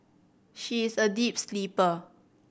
she is a deep sleeper